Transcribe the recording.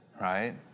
right